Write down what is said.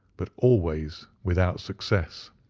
but always without success.